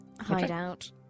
Hideout